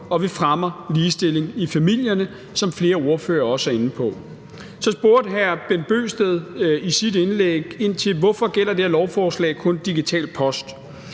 og vi fremmer ligestilling i familierne, som flere ordførere også er inde på. Så spurgte hr. Bent Bøgsted i sit indlæg ind til, hvorfor det her lovforslag kun gælder digital post.